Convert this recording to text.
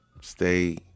stay